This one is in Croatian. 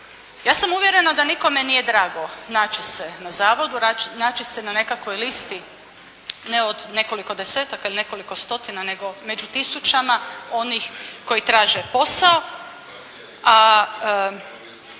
Ja sam uvjerena da nikome nije drago naći se na zavodu, naći se na nekakvoj listi ne od nekoliko desetaka ili nekoliko stotina nego među tisućama onih koji traže posao